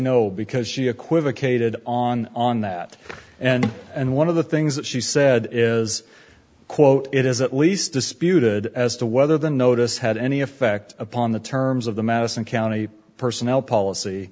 no because she equivocated on on that and and one of the things that she said is quote it is at least disputed as to whether the notice had any effect upon the terms of the madison county personnel policy